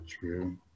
true